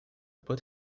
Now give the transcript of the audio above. put